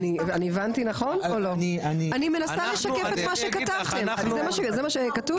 אני מנסה לשקף את מה שכתבתם, זה מה שכתוב?